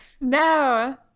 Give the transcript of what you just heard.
no